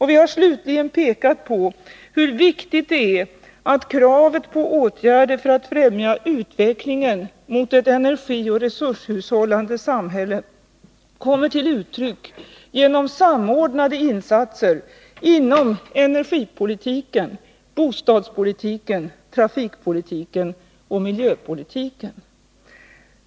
Vi har slutligen pekat på hur viktigt det är att kravet på åtgärder för att främja utvecklingen mot ett energioch resurshushållande samhälle kommer till uttryck genom samordnade insatser inom energipolitiken, bostadspolitiken, trafikpolitiken och miljöpolitiken.